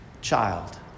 child